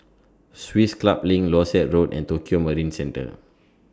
Swiss Club LINK Dorset Road and Tokio Marine Centre